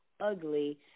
ugly